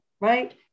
right